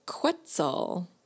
Quetzal